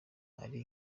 ari